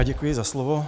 Děkuji za slovo.